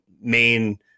main